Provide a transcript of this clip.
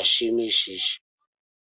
ashimishije.